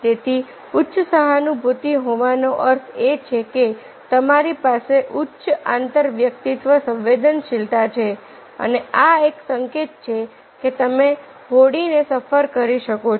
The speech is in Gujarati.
તેથી ઉચ્ચ સહાનુભૂતિ હોવાનો અર્થ એ છે કે તમારી પાસે ઉચ્ચ આંતરવ્યક્તિત્વ સંવેદનશીલતા છે અને આ એક સંકેત છે કે તમે હોડીને સફર કરી શકો છો